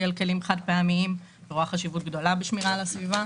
על כלי חד פעמיים ורואה חשיבות גדולה בשמירה על הסביבה.